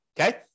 okay